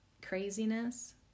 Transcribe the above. Craziness